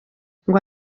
ngo